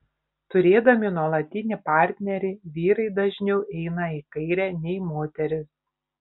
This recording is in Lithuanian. turėdami nuolatinį partnerį vyrai dažniau eina į kairę nei moterys